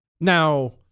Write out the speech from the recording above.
Now